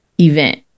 event